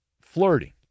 flirting